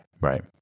right